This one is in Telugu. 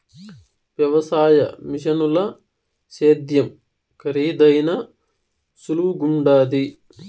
వ్యవసాయ మిషనుల సేద్యం కరీదైనా సులువుగుండాది